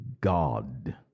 God